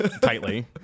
tightly